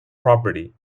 property